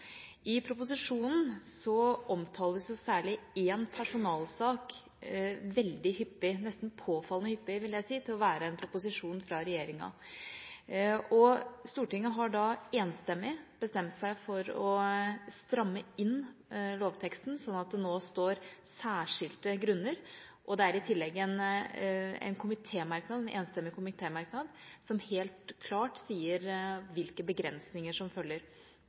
I proposisjonen omtales særlig én personalsak veldig hyppig, nesten påfallende hyppig, vil jeg si, til å være en proposisjon fra regjeringa. Stortinget har enstemmig bestemt seg for å stramme inn lovteksten, slik at det nå står «særskilte grunner», og det er i tillegg en enstemmig komitémerknad som helt klart sier hvilke begrensninger som følger.